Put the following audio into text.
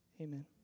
Amen